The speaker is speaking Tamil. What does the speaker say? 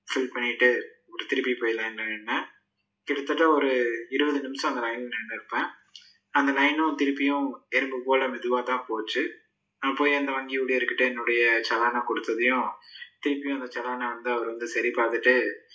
ஃபில் பண்ணிவிட்டு உடு திரும்பி போய் லைனில் நின்றேன் கிட்டத்தட்ட ஒரு இருபது நிமிஷம் அந்த லைனில் நின்றிருப்பேன் லைனும் திரும்பியும் எறும்பு போல் மெதுவாக தான் போச்சு நான் போய் அந்த வங்கி ஊழியர்கிட்டே என்னுடைய செலானை கொடுத்ததையும் திரும்பியும் அந்த செலானை வந்து அவர் வந்து சரி பார்த்துட்டு